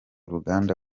ruganda